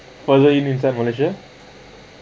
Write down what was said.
further you mean inside malaysia